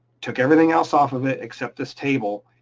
took everything else off of it except this table,